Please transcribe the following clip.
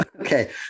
okay